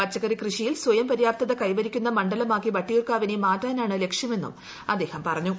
പച്ചക്കറി കൃഷിയിൽ സ്വയം പര്യാപ്തത കൈവരിക്കുന്ന മണ്ഡലമാക്കി വട്ടിയൂർക്കാവിനെ മാറ്റാനാണ് ലക്ഷ്യമെന്നും അദ്ദേഹം പറഞ്ഞു